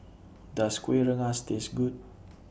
Does Kuih Rengas Taste Good